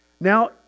Now